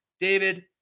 David